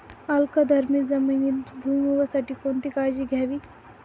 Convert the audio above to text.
अल्कधर्मी जमिनीत भुईमूगासाठी कोणती काळजी घ्यावी?